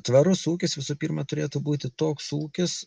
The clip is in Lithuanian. tvarus ūkis visų pirma turėtų būti toks ūkis